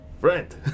Friend